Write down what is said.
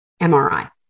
MRI